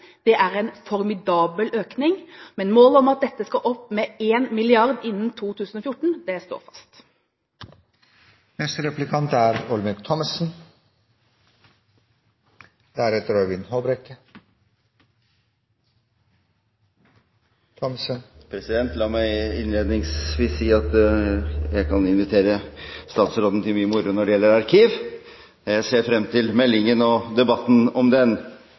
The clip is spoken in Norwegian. Det er en formidabel økning. Men målet om at dette skal opp med 1 mrd. kr innen 2014, står fast. La meg innledningsvis si at jeg kan invitere statsråden til mye moro når det gjelder arkiv, og jeg ser frem til meldingen og debatten om den.